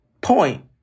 point